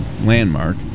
landmark